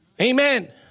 Amen